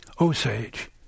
Osage